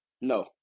No